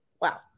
wow